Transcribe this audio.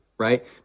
Right